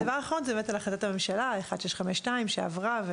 הדבר האחרון, החלטת הממשלה 1652 שעברה.